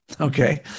Okay